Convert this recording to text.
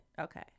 Okay